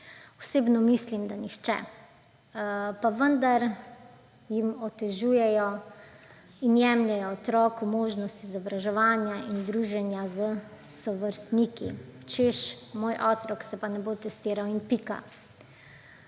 Osebno mislim, da nihče. Pa vendar jim otežujejo in jemljejo otroku možnosti izobraževanja in druženja s sovrstniki, češ, moj otrok se pa ne bo testiral in pika.